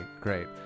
great